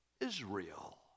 Israel